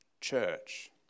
church